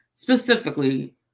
specifically